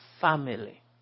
family